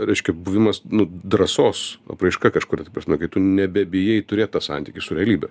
reiškia buvimas nu drąsos apraiška kažkuria tai prasme kai tu nebebijai turėt tą santykį su realybe